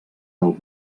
del